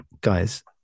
guys